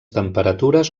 temperatures